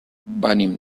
venim